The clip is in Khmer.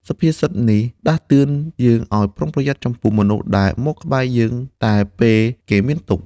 សុភាសិតនេះដាស់តឿនយើងឱ្យប្រុងប្រយ័ត្នចំពោះមនុស្សដែលមកក្បែរយើងតែពេលគេមានទុក្ខ។